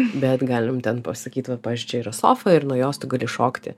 bet galim ten pasakyt va pavyzdžiui čia yra sofa ir nuo jos tu gali šokti